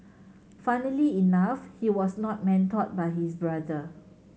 funnily enough he was not mentored by his brother